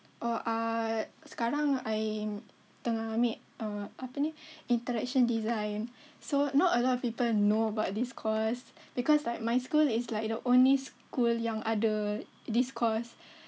oh um sekarang I tengah ambil apa ni interaction design so not a lot of people know about this course because like my school is like the only school yang ada this course